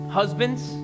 husbands